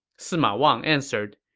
sima wang answered,